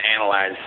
analyze